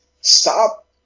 stop